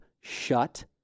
shut